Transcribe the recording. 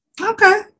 Okay